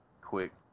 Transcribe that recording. quick